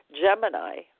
Gemini